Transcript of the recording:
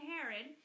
Herod